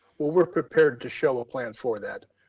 well, we're prepared to show a plan for that,